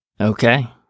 okay